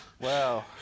Wow